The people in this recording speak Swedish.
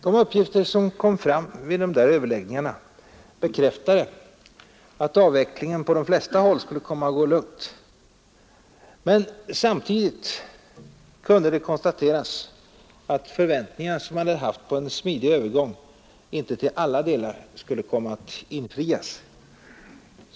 De uppgifter som kom fram vid dessa överläggningar visade att avvecklingen på de flesta håll skulle komma att gå lugnt, men samtidigt kunde det konstateras att de förväntningar som man hade haft på en smidig övergång inte till alla delar skulle komma att infrias.